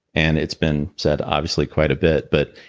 and it's been said, obviously, quite a bit, but.